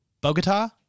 Bogota